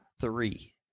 three